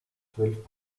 zwölf